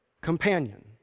companion